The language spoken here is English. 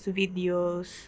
videos